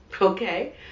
okay